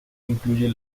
incluye